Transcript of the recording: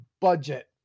budget